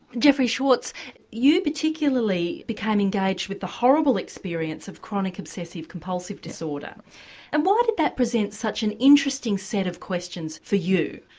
jeffrey schwartz you particularly became engaged with the horrible experience of chronic obsessive compulsive disorder and why did that present such an interesting set of questions for you?